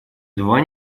два